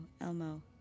Elmo